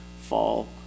fall